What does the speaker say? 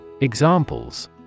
Examples